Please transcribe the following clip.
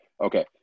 Okay